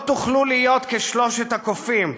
לא תוכלו להיות כשלושת הקופים,